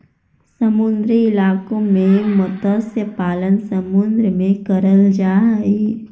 समुद्री इलाकों में मत्स्य पालन समुद्र में करल जा हई